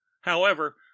However